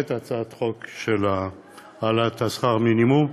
הצעת חוק להעלאת שכר המינימום,